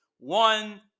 One